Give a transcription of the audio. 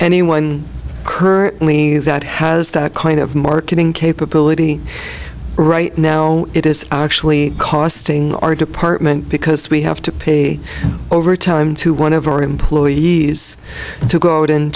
currently that has that kind of marketing capability right now it is actually costing our department because we have to pay overtime to one of our employees to go out and